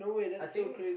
I think